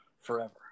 forever